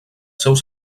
seus